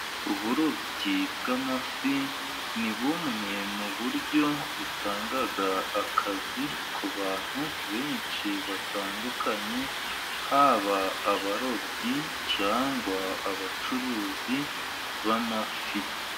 Uburobyi bw'amafi ni bumwe mu buryo butanga akazi ku bantu benshi batandukanye, haba abarobyi cyangwa abacuruzi b' amafi.